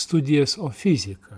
studijas o fiziką